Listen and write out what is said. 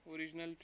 Original